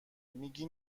میگی